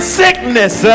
sickness